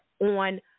on